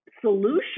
solution